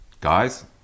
guys